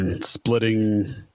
Splitting